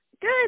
Good